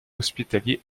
hospitalier